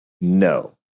No